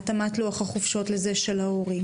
להתאמת לוח החופשות לזו של ההורים,